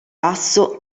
basso